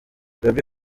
gaby